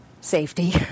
safety